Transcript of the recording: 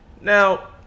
Now